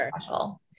special